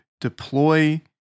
deploy